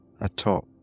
atop